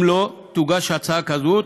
אם לא תוגש הצעה כזאת,